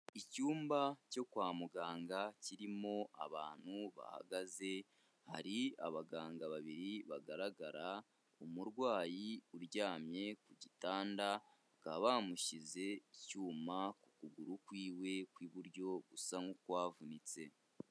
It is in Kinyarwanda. Icyumba cyo kwa muganga kirimo abantu bahagaze, hari abaganga babiri bagaragara ku murwayi uryamye ku gitanda bakaba bamushyize icyuma ku kuguru kwiwe kw'iburyo gusa nk'ukwavunitse.